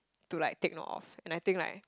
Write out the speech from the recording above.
to like take note of and I think like